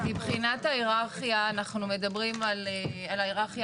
מבחינת ההיררכיה אנחנו מדברים על ההיררכיה